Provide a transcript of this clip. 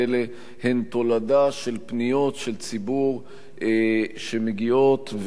הן תולדה של פניות ציבור שמגיעות אלינו.